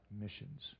missions